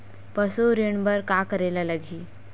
पशु ऋण बर का करे ला लगही?